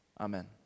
Amen